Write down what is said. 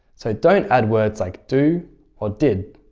so don't add words like do or did.